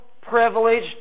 privileged